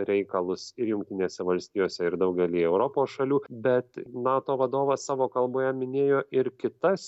reikalus ir jungtinėse valstijose ir daugelyje europos šalių bet nato vadovas savo kalboje minėjo ir kitas